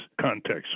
context